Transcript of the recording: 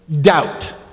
doubt